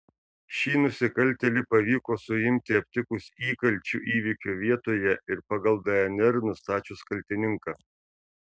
šį nusikaltėlį pavyko suimti aptikus įkalčių įvykio vietoje ir pagal dnr nustačius kaltininką